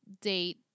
date